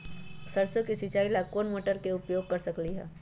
सरसों के सिचाई ला कोंन मोटर के उपयोग कर सकली ह?